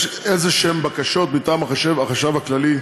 יש איזשהן בקשות מטעם החשב הכללי,